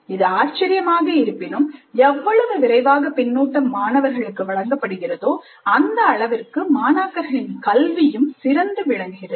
இது ஆச்சரியமாக இருப்பினும் எவ்வளவு விரைவாக பின்னூட்டம் மாணவர்களுக்கு வழங்கப்படுகிறதோ அந்த அளவிற்கு மாணாக்கர்களின் கல்வியும் சிறந்து விளங்குகிறது